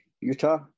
utah